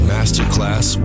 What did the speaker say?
Masterclass